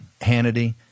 Hannity